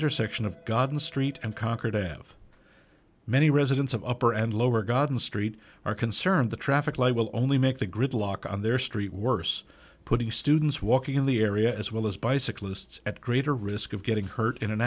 intersection of god in street and concord a have many residents of upper and lower god in the street are concerned the traffic light will only make the gridlock on their street worse putting students walking in the area as well as bicyclists at greater risk of getting hurt in an